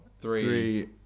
three